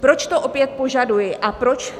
Proč to opět požaduji a proč